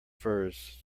firs